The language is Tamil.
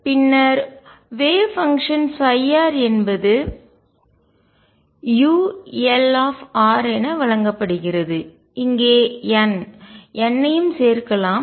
பின்னர் வேவ் பங்ஷன் அலை செயல்பாடு ψ என்பது ulr என வழங்கப்படுகிறது இங்கே n n ஐயும் சேர்க்கலாம்